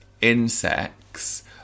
insects